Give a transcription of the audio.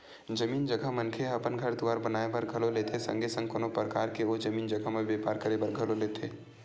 जमीन जघा मनखे ह अपन घर दुवार बनाए बर घलो लेथे संगे संग कोनो परकार के ओ जमीन जघा म बेपार करे बर घलो लेथे